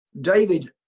David